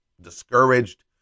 discouraged